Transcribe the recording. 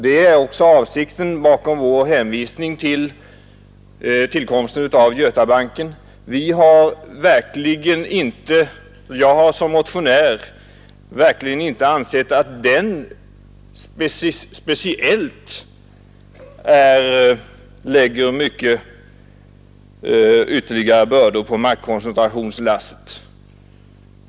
Det är också avsikten bakom vår hänvisning till tillkomsten av Götabanken. Jag har som motionär verkligen inte ansett att den speciellt lägger mycket större bördor på maktkoncentrationslasten.